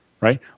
right